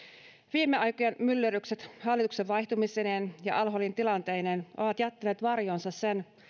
viime aikojen myllerrykset hallituksen vaihtumisineen ja al holin tilanteineen ovat jättäneet varjoonsa sen